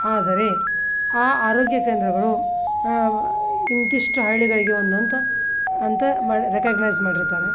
ಆದರೆ ಆ ಆರೋಗ್ಯ ಕೇಂದ್ರಗಳು ಇಂತಿಷ್ಟು ಹಳ್ಳಿಗಳಿಗೆ ಒಂದು ಅಂತ ಅಂತ ಮ ರೆಕಗ್ನೈಝ್ ಮಾಡಿರ್ತಾರೆ